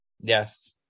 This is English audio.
Yes